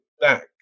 back